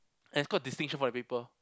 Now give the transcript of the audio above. and scored distinction for the paper